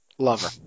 Lover